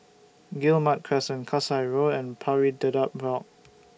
Guillemard Crescent Kasai Road and Pari Dedap Walk